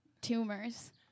tumors